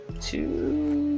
two